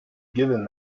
given